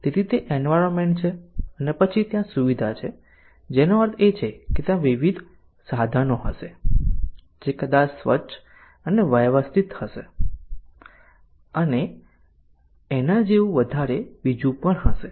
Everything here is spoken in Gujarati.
તેથી તે એન્વાયરમેન્ટ છે અને પછી ત્યાં સુવિધા છે જેનો અર્થ એ છે કે ત્યાં વિવિધ સાધનો હશે જે કદાચ સ્વચ્છ અને વ્યવસ્થિત હશે અને એના જેવું વધારે બીજું પણ હશે